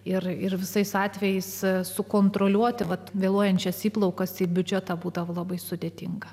ir ir visais atvejais sukontroliuoti vat vėluojančias įplaukas į biudžetą būdavo labai sudėtinga